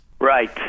Right